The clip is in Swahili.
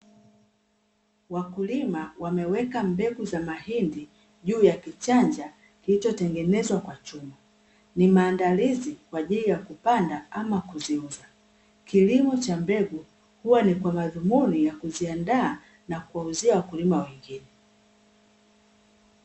Wakulima wameweka mbegu za mahindi juu ya kichanja kilichotengenezwa kwa chuma, ni maandalizi kwa ajili ya kupanda ama kuziuza. Kilimo cha mbegu huwa ni kwa madhumuni ya kuziandaa na kuwauzia wakulima wengine.